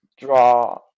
draw